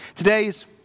Today's